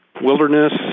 wilderness